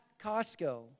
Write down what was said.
Costco